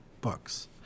books